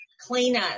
cleaner